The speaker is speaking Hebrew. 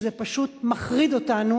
שזה פשוט מחריד אותנו.